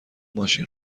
ماشین